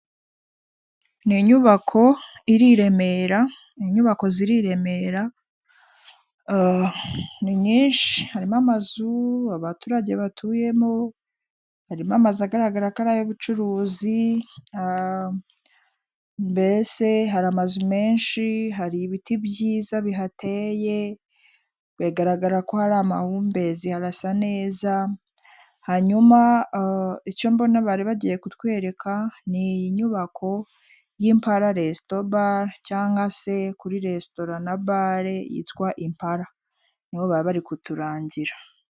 Ni inyubako iri i Remera inyubako ziri I Remera ni nyinshi harimo amazu abaturage batuyemo hari amazu agaragara ko ari ay'ubucuruzi mbese hari amazu menshi hari ibiti byiza bihateye bigaragara ko hari amahumbezi arasa neza hanyuma icyo mbona bari bagiye kutwereka ni nyubako y'ipara resito bare cyangwa se kuri resitora na bale yitwa impala nibo baba bari kuturangira.